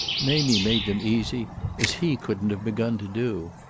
mamie made them easy as he couldn't have begun to do,